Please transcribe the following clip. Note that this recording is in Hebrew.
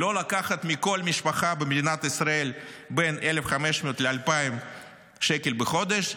לא לקחת מכל משפחה במדינת ישראל בין 1,500 ל-2,000 שקל בחודש.